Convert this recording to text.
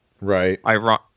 Right